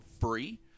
free